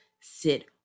sit